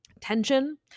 tension